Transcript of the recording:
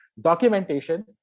documentation